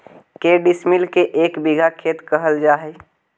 के डिसमिल के एक बिघा खेत कहल जा है?